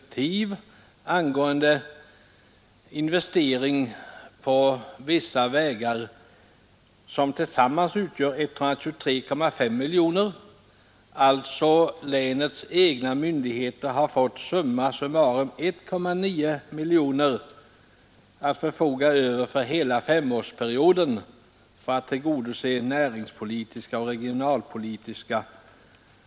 Samtidigt har angivits att inom denna ram bör ingå utbyggnad av Europaväg 6, 84,6 miljoner, utbyggnad av Europaväg 4, 36,5 miljoner och slutligen utbyggnad av vägen Osby-—Marklunda, 3 miljoner eller sammanlagt 124,1 miljoner kronor. Det belopp länsmyndigheterna förfogar över för att tillgodose övriga investeringsbehov å I detta läge finns flera riksvägar, vilkas utbyggnad från länets synpunkt Nr 116 är synnerligen angelägen. Främst är det två objekt som redan bort vara Tisdagen den utbyggda, nämligen för det första riksväg 21, sträckan Tyringe—Åstorp.